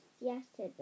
yesterday